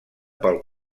pel